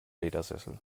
ledersessel